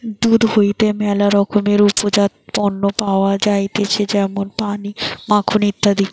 দুধ হইতে ম্যালা রকমের উপজাত পণ্য পাওয়া যাইতেছে যেমন পনির, মাখন ইত্যাদি